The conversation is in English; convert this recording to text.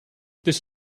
that